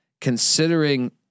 considering